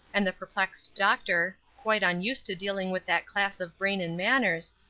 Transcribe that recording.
and the perplexed doctor, quite unused to dealing with that class of brain and manners,